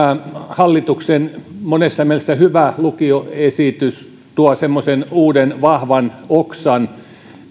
hallituksen monessa mielessä hyvä lukioesitys tuo semmoisen uuden vahvan oksan